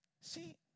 See